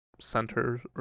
Center